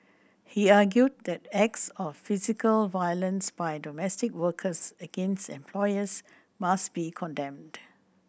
he argued that acts of physical violence by domestic workers against employers must be condemned